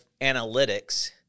analytics